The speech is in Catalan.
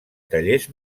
tallers